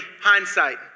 hindsight